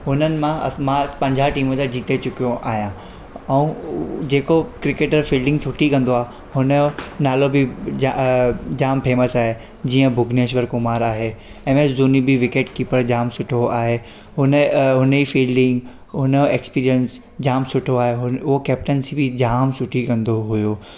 हुननि मां मां पंजाहु टीमूं जा जीते चुकियो आहियां ऐं जेको क्रिकेटर फिल्डिंग सुठी कंदो आहे हुन जो नालो बि जा जाम फेमस आहे जीअं भुवनेश्वर कुमार आहे एम एस धोनी बि विकेट कीपर जाम सुठो आहे हुन हुन जी फिल्डिंग हुन जो एक्सपीरियंस जाम सुठो आहे उहो कैपटंसी बि जाम सुठी कंदो हुओ